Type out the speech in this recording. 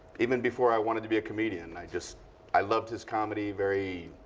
even before i wanted to be a comedian, i just i loved his comedy. very